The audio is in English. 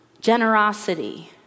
generosity